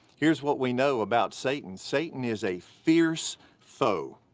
here's what we know about satan, satan is a fierce foe.